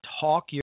talk